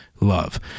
love